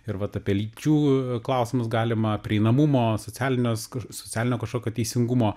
ir vat apie lyčių klausimus galima prieinamumo socialinio skur socialinio kažkokio teisingumo